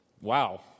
Wow